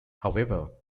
however